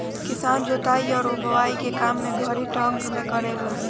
किसान जोताई आ बोआई के काम ए घड़ी ट्रक्टर से करेलन स